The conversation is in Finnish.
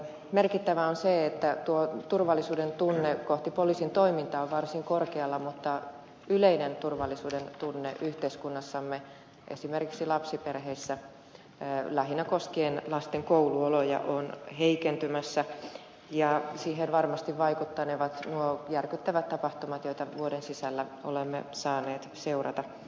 merkittävää on se että tuo turvallisuuden tunne kohti poliisin toimintaa on varsin korkealla mutta yleinen turvallisuuden tunne yhteiskunnassamme esimerkiksi lapsiperheissä lähinnä koskien lasten kouluoloja on heikentymässä ja siihen varmasti vaikuttanevat nuo järkyttävät tapahtumat joita vuoden sisällä olemme saaneet seurata